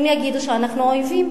הם יגידו שאנחנו אויבים.